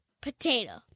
potato